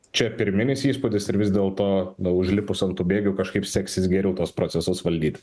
čia pirminis įspūdis ir vis dėlto užlipus ant tų bėgių kažkaip seksis geriau tuos procesus valdyt